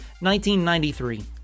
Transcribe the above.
1993